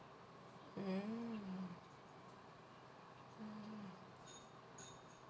mmhmm